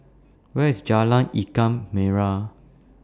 Where IS Jalan Ikan Merah